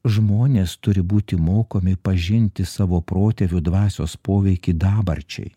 žmonės turi būti mokomi pažinti savo protėvių dvasios poveikį dabarčiai